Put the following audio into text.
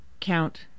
Count